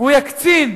והוא יקצין.